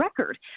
record